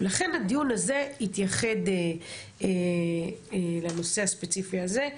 לכן הדיון הזה יתייחד לנושא הספציפי הזה.